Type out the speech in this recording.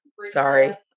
sorry